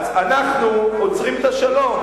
אנחנו עוצרים את השלום.